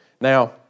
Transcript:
Now